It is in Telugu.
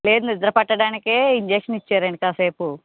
లేదు నిద్రపట్టడానికే ఇంజెక్షన్ ఇచ్చారండి కాసేపు